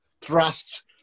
thrust